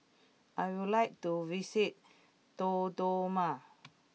I would like to visit Dodoma